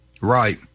Right